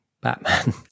Batman